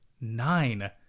nine